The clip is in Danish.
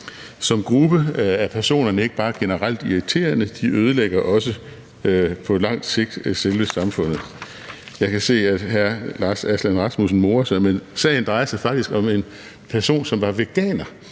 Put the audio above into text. Som gruppe er personerne ikke bare generelt irriterende; de ødelægger også på lang sigt selve samfundet. Jeg kan se, at hr. Lars Aslan Rasmussen morer sig, men sagen drejer sig faktisk om en person, som var veganer,